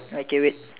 okay wait